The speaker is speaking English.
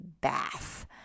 bath